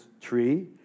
tree